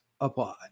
apply